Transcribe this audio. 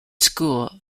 school